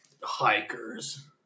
hikers